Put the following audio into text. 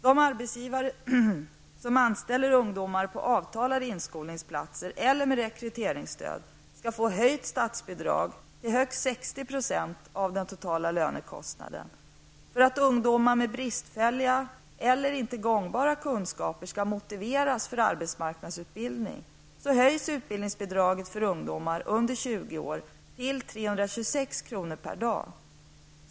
De arbetsgivare som anställer ungdomar på avtalade inskolningsplatser eller med rekryteringsstöd skall få höjt statsbidrag till högst 60 % av den totala lönekostnaden. För att ungdomar med bristfälliga eller ej gångbara kunskaper skall motiveras för arbetsmarknadsutbildning höjs utbildningsbidraget för ungdomar under 20 år till 326 kr. per dag.